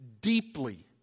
deeply